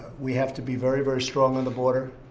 we have to be very, very strong on the border.